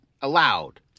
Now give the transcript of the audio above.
allowed